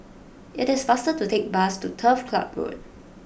it is faster to take bus to Turf Ciub Road